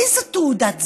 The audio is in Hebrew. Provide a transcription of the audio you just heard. איזו תעודת זהות?